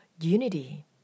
unity